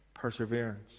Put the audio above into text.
perseverance